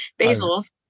basils